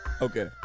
Okay